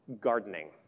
gardening